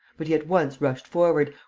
but he at once rushed forward,